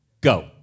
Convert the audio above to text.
Go